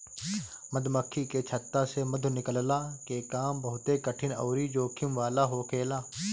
मधुमक्खी के छत्ता से मधु निकलला के काम बहुते कठिन अउरी जोखिम वाला होखेला